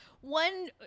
one